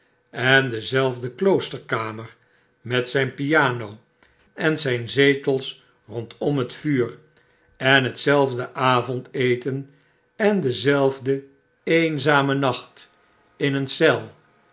en dezelfde kloosterkamer met zijn piano en zp zetels rondom het vuur en hetzelfde avondeten en dezelfde eenzame nacht oveedbukkek in een eel